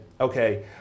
Okay